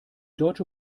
deutsche